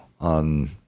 on